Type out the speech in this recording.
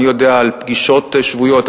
אני יודע על פגישות שבועיות,